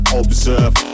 observe